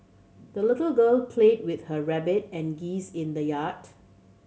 the little girl played with her rabbit and geese in the yard